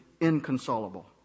inconsolable